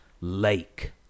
Lake